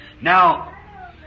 Now